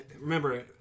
remember